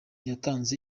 yatanze